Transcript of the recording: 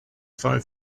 five